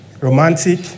romantic